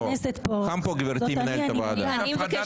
אגב,